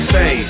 Say